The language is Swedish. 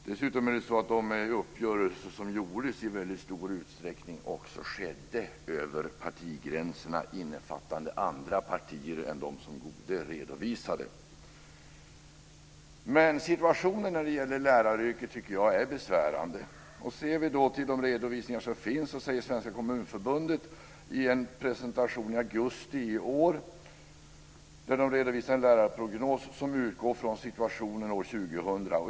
Dessutom skedde de uppgörelser som gjordes i väldigt stor utsträckning över partigränserna innefattande andra partier än de som Goude redovisade. Men jag tycker att situationen när det gäller läraryrket är besvärande. Bland de redovisningar som finns redovisade Svenska kommunförbundet i en presentation som kom i augusti i år en lärarprognos som utgår från situationen år 2000.